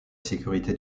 sécurité